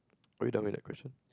are we done with that question